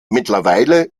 mittlerweile